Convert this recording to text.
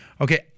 Okay